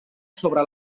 sobre